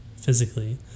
physically